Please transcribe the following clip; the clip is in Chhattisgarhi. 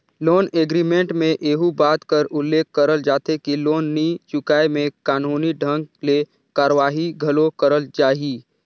लोन एग्रीमेंट में एहू बात कर उल्लेख करल जाथे कि लोन नी चुकाय में कानूनी ढंग ले कारवाही घलो करल जाही